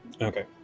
Okay